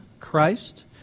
Christ